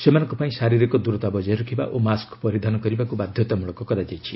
ସେମାନଙ୍କ ପାଇଁ ଶାରୀରିକ ଦୂରତା ବକ୍ତାୟ ରଖିବା ଓ ମାସ୍କ ପରିଧାନ କରିବାକୁ ବାଧ୍ୟତାମୂଳକ କରାଯାଇଛି